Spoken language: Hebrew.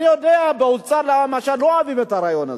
אני יודע שבאוצר למשל לא אוהבים את הרעיון הזה.